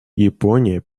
япония